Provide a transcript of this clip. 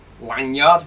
lanyard